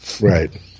Right